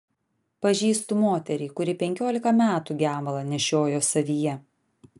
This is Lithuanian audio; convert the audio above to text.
pažįstu moterį kuri penkiolika metų gemalą nešiojo savyje